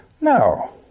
no